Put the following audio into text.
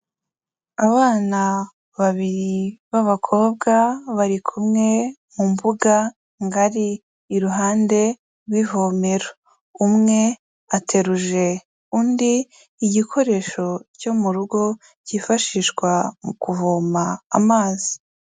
Abana babiri b'abakobwa bari kumwe mu mbuga ngari iruhande rw'ivomero, umwe ateruje undi igikoresho cyo mu rugo cyifashishwa mu kuvoma amazi.